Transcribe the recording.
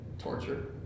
Torture